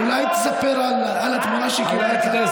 אולי תספר על התמורה שקיבלת?